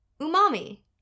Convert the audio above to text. umami